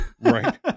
Right